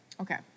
Okay